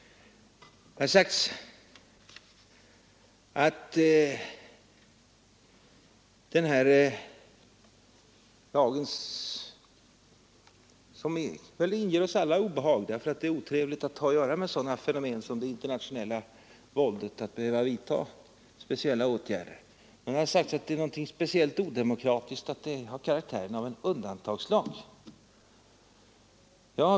Det har sagts att den här lagen — som väl inger oss alla obehag därför att det är otrevligt att ha att göra med sådana fenomen som internationellt våld — är speciellt odemokratisk och har karaktären av en undantagslag.